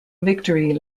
victory